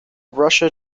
russia